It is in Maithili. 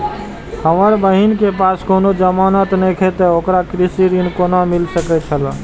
हमर बहिन के पास कोनो जमानत नेखे ते ओकरा कृषि ऋण कोना मिल सकेत छला?